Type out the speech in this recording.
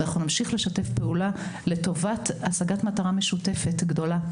אנחנו נמשיך לשתף פעולה לטובת השגת מטרה משותפת גדולה.